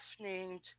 named